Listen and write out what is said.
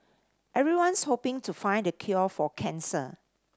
everyone's hoping to find the cure for cancer